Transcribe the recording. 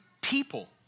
people